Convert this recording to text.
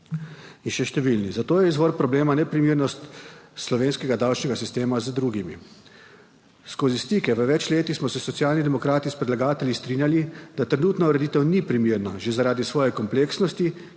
in še številni. Zato je izvor problema neprimernost slovenskega davčnega sistema z drugimi. Skozi stike v več letih smo se Socialni demokrati s predlagatelji strinjali, da trenutna ureditev ni primerna že zaradi svoje kompleksnosti,